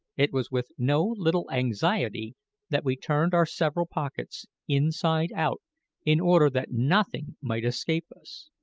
it was with no little anxiety that we turned our several pockets inside out in order that nothing might escape us.